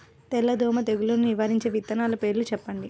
తెల్లదోమ తెగులును నివారించే విత్తనాల పేర్లు చెప్పండి?